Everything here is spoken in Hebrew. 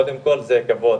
קודם כל זה כבוד,